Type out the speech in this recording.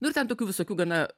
nu ir ten tokių visokių gana